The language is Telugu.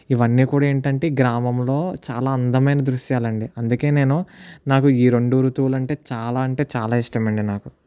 ఇవన్నీ కూడా ఏంటంటే గ్రామంలో చాలా అందమైన దృశ్యాలండి అందుకే నేను నాకు ఈ రెండు ఋతువులంటే చాలా అంటే చాలా ఇష్టం అండి నాకు